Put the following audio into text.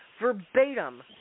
verbatim